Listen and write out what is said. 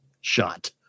shot